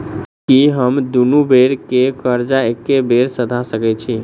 की हम दुनू बेर केँ कर्जा एके बेर सधा सकैत छी?